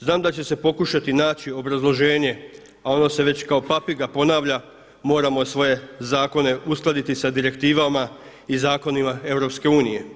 Znam da će se pokušati naći obrazloženje, a ono se već kao papiga ponavlja moramo svoje zakone uskladiti sa direktivama i zakonima EU.